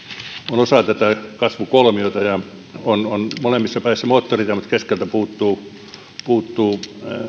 on osa tätä kasvukolmiota sen molemmissa päissä on moottoritie mutta keskeltä puuttuu puuttuu